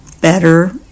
better